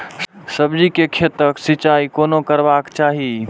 सब्जी के खेतक सिंचाई कोना करबाक चाहि?